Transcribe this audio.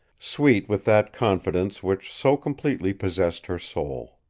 sweet with that confidence which so completely possessed her soul.